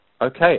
Okay